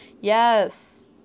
Yes